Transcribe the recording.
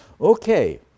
Okay